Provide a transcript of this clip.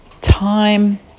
time